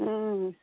ହଁ